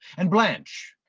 and blanche,